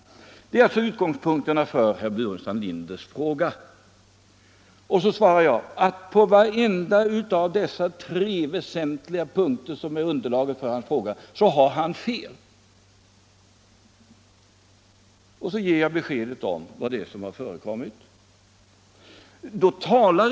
Det är alltså utgångspunkterna för herr Burenstam Linders fråga, och jag svarar att han har fel på varenda en av dessa tre väsentliga punkter. Jag ger därefter besked om vad som förekommit, men herr Burenstam Linder talar inte om detta.